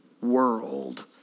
world